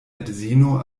edzino